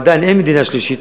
עדיין אין מדינה שלישית,